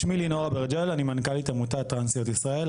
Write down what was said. שמי לינור אברג'ל אני מנכ"לית עמותת טרנסיות ישראל,